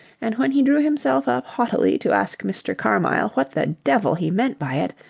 and when he drew himself up haughtily to ask mr. carmyle what the devil he meant by it,